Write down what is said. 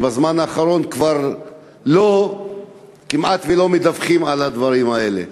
ובזמן האחרון כבר כמעט לא מדווחים על הדברים האלה.